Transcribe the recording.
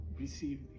receive